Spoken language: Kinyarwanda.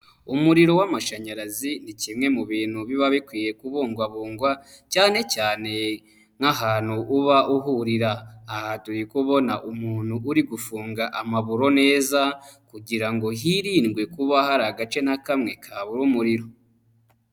Umuriro w'amashanyarazi ni kimwe mu bintu biba bikwiye kubungwabungwa, cyane cyane nk'ahantu uba uhurira, aha turi kubona umuntu uri gufunga amaburo neza kugira ngo hirindwe kuba hari agace ntakamwe kabura umuriro.